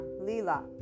Lila